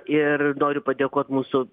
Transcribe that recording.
ir noriu padėkot mūsų